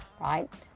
right